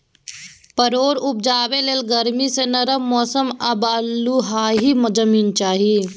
परोर उपजेबाक लेल गरमी सँ नरम मौसम आ बलुआही जमीन चाही